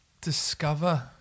discover